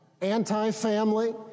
anti-family